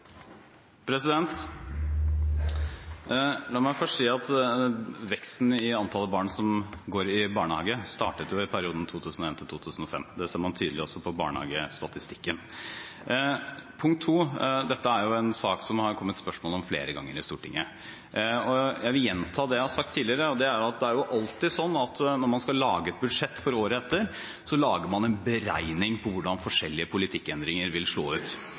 La meg først si at veksten i antallet barn som går i barnehage, startet i perioden 2001–2005. Det ser man tydelig også på barnehagestatistikken. Punkt to: Dette er jo en sak som det har kommet spørsmål om flere ganger i Stortinget. Jeg vil gjenta det jeg har sagt tidligere, at det er jo alltid sånn at når man skal lage et budsjett for året etter, lager man en beregning på hvordan forskjellige politikkendringer vil slå ut.